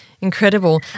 Incredible